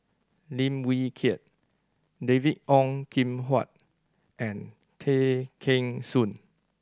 Lim Wee Kiak David Ong Kim Huat and Tay Kheng Soon